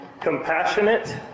compassionate